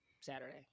Saturday